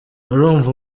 urumva